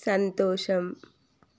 సంతోషం